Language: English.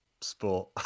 sport